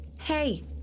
Hey